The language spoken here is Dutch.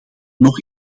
nog